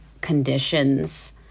conditions